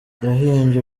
yahimbye